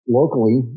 locally